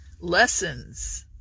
lessons